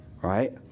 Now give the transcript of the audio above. Right